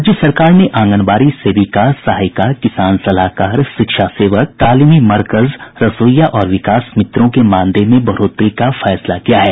राज्य सरकार ने आंगनबाड़ी सेविका सहायिका किसान सलाहकार शिक्षा सेवक तालिमी मरकज रसोईया और विकास मित्रों के मानदेय में बढ़ोतरी का फैसला किया है